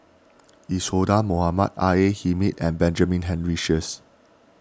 Isadhora Mohamed R A Hamid and Benjamin Henry Sheares